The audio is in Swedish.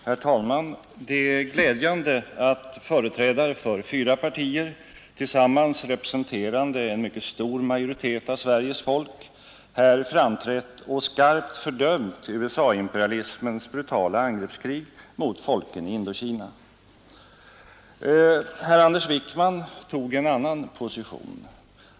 Herr talman! Det är glädjande att företrädare för fyra partier — tillsammans representerande en mycket stor majoritet av Sveriges folk — här framträtt och skarpt fördömt USA-imperialismens brutala angreppskrig mot folken i Indokina. Herr Anders Wijkman intog en annan position.